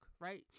right